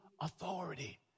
authority